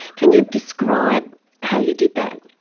can you describe how you did that?